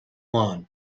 lawn